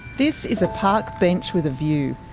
this is a park bench with a view,